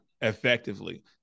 effectively